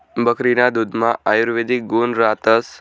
बकरीना दुधमा आयुर्वेदिक गुण रातस